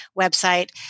website